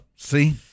See